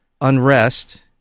unrest